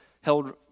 held